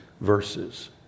verses